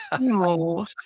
No